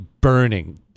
burning